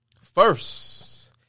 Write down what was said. First